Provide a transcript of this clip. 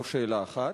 זו שאלה אחת.